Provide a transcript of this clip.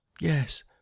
yes